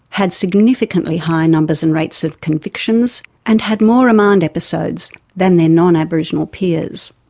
had significantly higher numbers and rates of convictions and had more remand episodes than their non-aboriginal peers.